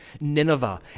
Nineveh